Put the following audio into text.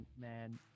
man